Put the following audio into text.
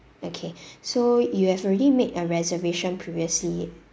okay so you have already made a reservation previously